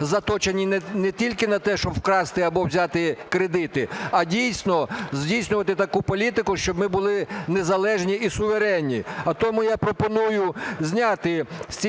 заточені не тільки на те, щоб вкрасти або взяти кредити, а дійсно здійснювати таку політику, щоб ми були незалежні і суверенні. А тому я пропоную зняти з цієї